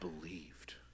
believed